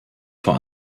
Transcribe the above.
vor